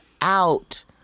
out